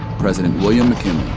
president william mckinley